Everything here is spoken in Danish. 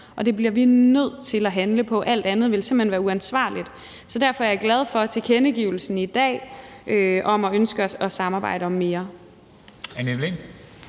og det bliver vi nødt til at handle på, for alt andet ville simpelt hen være uansvarligt. Så derfor er jeg glad for tilkendegivelsen i dag af ønsket om at samarbejde om mere.